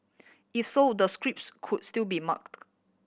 if so the scripts could still be marked